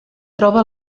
troba